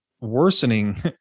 worsening